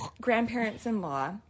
grandparents-in-law